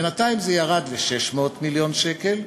בינתיים זה ירד ל-600 מיליון שקל,